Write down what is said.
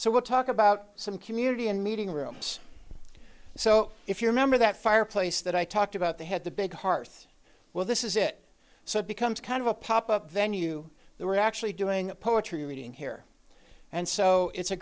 so we'll talk about some community and meeting rooms so if you remember that fireplace that i talked about they had the big hearth well this is it so it becomes kind of a pop up venue they were actually doing poetry reading here and so it's a